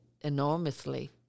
enormously